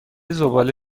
زباله